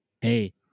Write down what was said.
hey